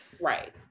right